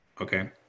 okay